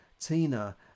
tina